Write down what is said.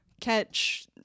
catch